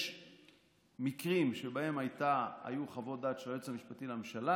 יש מקרים שבהם היו חוות דעת של היועץ המשפטי לממשלה,